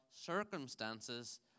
circumstances